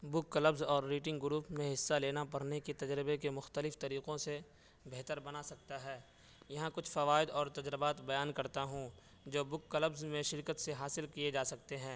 بک clubs اور reading گروپ میں حصہ لینا پڑھنے کے تجربے کے مختلف طریقوں سے بہتر بنا سکتا ہے یہاں کچھ فوائد اور تجربات بیان کرتا ہوں جو بک کلبز میں شرکت سے حاصل کیے جا سکتے ہیں